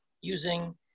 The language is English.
using